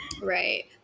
Right